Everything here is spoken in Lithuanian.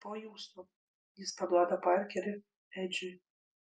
po jūsų jis paduoda parkerį edžiui